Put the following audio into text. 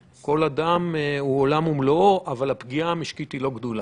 הפגיעה המשקית היא לא גדולה.